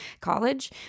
college